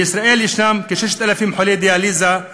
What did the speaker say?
בישראל יש כ-6,000 חולי דיאליזה,